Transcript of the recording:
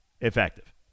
effective